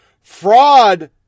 fraud